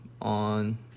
on